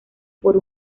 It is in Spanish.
por